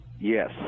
Yes